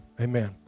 Amen